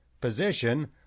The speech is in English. position